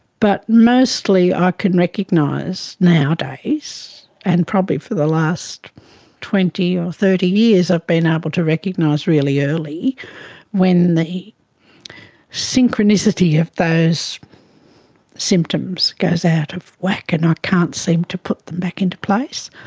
but mostly i can recognise nowadays and probably for the last twenty or thirty years i've been able to recognise really early when the synchronicity of those symptoms goes out of whack and i can't seem to put them back into place.